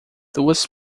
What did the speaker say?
duas